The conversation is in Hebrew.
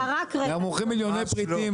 אנחנו מוכרים מיליוני מכירים,